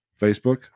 Facebook